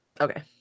okay